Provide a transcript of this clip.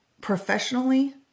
professionally